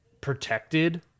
protected